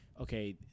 okay